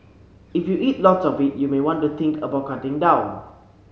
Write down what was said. if you eat lots of it you may want to think about cutting down